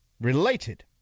Related